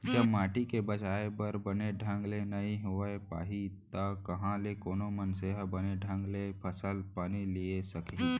जब माटी के बचाय ह बने ढंग ले नइ होय पाही त कहॉं ले कोनो मनसे ह बने ढंग ले फसल पानी लिये सकही